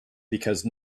because